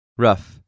Rough